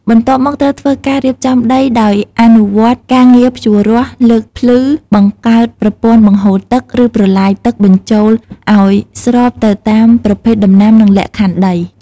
បន្ទាប់មកត្រូវធ្វើការរៀបចំដី ដោយអនុវត្តការងារភ្ជួររាស់ លើកភ្លឺ បង្កើតប្រព័ន្ធបង្ហូរទឹក ឬប្រឡាយទឹកបញ្ចូល ឱ្យស្របទៅតាមប្រភេទដំណាំ និងលក្ខខណ្ឌដី។